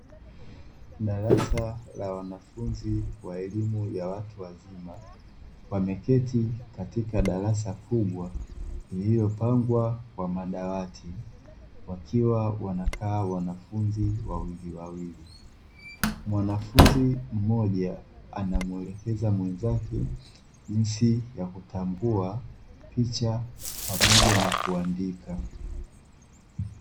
Darasa la wanafunzi wa elimu ya watu wazima, wameketi katika darasa kubwa iliyopangwa kwa madawati, wakiwa wanakaa wanafunzi wawiliwawili; mwanafunzi mmoja anamwelekeza mwenzake jinsi ya kutambua picha pamoja na kuandika.